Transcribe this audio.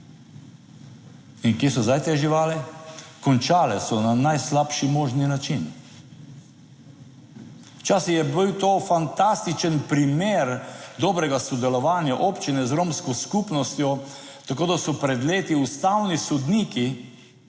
In kje so zdaj te živali? Končale so na najslabši možni način. Včasih je bil to fantastičen primer dobrega sodelovanja občine z romsko skupnostjo, tako da so pred leti ustavni sodniki,